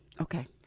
Okay